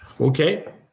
Okay